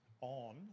on